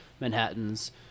Manhattans